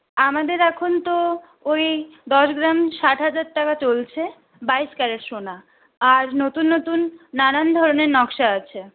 আমাদের এখন তো ওই দশ গ্রাম ষাট হাজার টাকা চলছে বাইশ ক্যারেট সোনা আর নতুন নতুন নানান ধরনের নকশা আছে